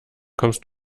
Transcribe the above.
kommst